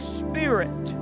spirit